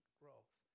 growth